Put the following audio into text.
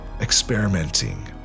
experimenting